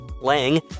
Lang